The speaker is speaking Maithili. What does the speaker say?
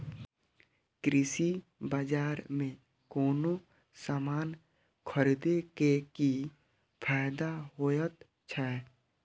कृषि बाजार में कोनो सामान खरीदे के कि फायदा होयत छै?